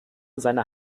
seiner